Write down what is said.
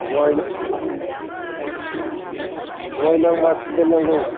नय number um नय number सेनदेल नांगौ